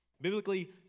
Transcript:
Biblically